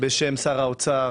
בשם שר האוצר,